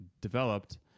developed